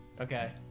Okay